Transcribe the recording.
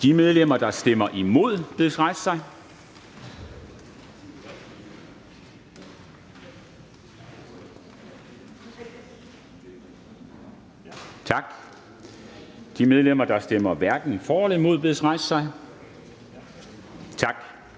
De medlemmer, der stemmer imod, bedes rejse sig. Tak. De medlemmer, der stemmer hverken for eller imod, bedes rejse sig. Tak.